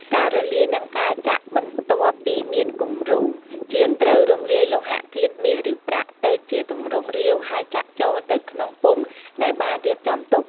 ការរំលាយ និងការចាក់ បន្ទាប់ពីមានគំរូ ជាងត្រូវរំលាយលោហៈធាតុ មាស ឬប្រាក់ ទៅជាទម្រង់រាវ ហើយចាក់ចូលទៅក្នុងពុម្ពដែលបានរៀបចំទុក។